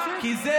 כי הכסף קיים.